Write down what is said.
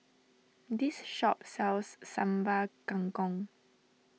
this shop sells Sambal Kangkong